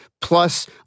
plus